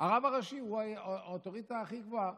הרב הראשי הוא האוטוריטה הכי גבוהה.